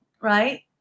right